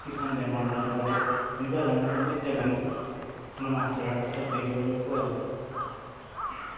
কিছুমান বেমাৰ হোৱা দেখা যায় সেনেকুৱা ধৰণৰ প্ৰত্যাহ্বান আমাৰ মাছ ধৰাৰ ক্ষেত্ৰত দেখিবলৈ পোৱা যায়